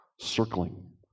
circling